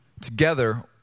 together